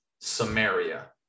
Samaria